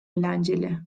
eğlenceli